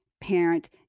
parent